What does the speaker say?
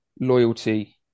loyalty